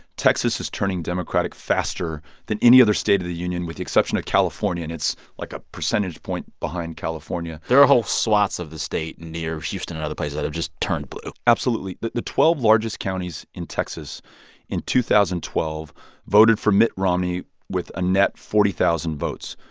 texas is turning democratic faster than any other state of the union with the exception of california. and it's, like, a percentage point behind california there are whole swaths of the state near houston and other places that have just turned blue absolutely. the the twelve largest counties in texas in two thousand and twelve voted for mitt romney with a net forty thousand votes.